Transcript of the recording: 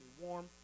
warm